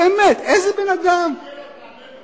באמת, איזה בן-אדם, תענה לו.